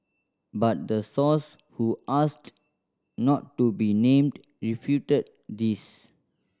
but the source who asked not to be named refuted this